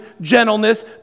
gentleness